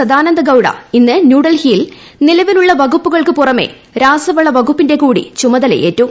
സദാനന്ദ കേന്ദ്ര ഇന്ന് ന്യൂഡൽഹിയിൽ നിലവിലുള്ള വകുപ്പുകൾക്ക് പുറമെ ഗൌഡ വകുപ്പിന്റെ കൂടി ചുമതലയേറ്റു